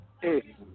hey